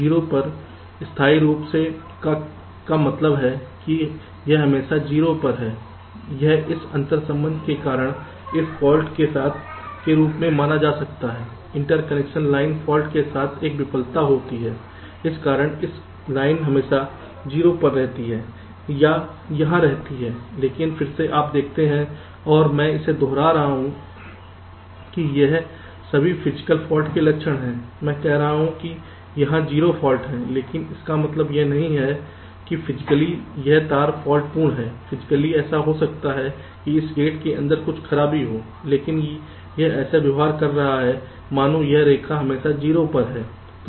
0 पर स्थायी रूप से का मतलब है कि यह हमेशा 0 पर है यह इस अंतर संबंध के कारण एक फाल्ट के रूप में माना जा सकता है इंटरकनेक्शन लाइन फाल्ट के कारण एक विफलता होती हैइस कारण यह लाइन हमेशा 0 पर रहती है या यहां रहती है लेकिन फिर से आप देखते हैं और मैं इसे दोहरा रहा हूं कि यह सभी फिजिकल फाल्ट के लक्षण हैं मैं कह रहा हूं कि यहां 0 फाल्ट है लेकिन इसका मतलब यह नहीं है कि फिजिकली यह तार फाल्ट पूर्ण है फिजिकली ऐसा हो सकता है कि इस गेट के अंदर कुछ खराबी हो लेकिन यह ऐसा व्यवहार कर रहा है मानो यह रेखा हमेशा 0 पर है